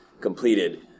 completed